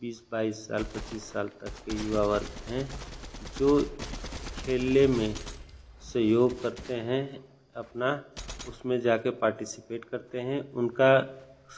बीस बाईस साल पच्चीस साल तक के युवा वर्ग हैं जो खेलने में सहयोग करते हैं अपना उसमें जा कर पार्टीसिपेट करते हैं उनका